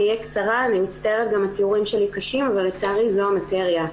אני מצטערת אם התיאורים שלי קשים אבל לצערי זו המטריה.